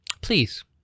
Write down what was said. please